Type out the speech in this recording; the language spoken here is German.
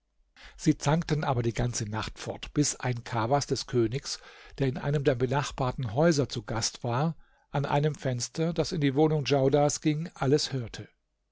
sie zankten aber die ganze nacht fort bis ein kawas des königs der in einem der benachbarten häuser zu gast war an einem fenster das in die wohnung djaudar ging alles hörte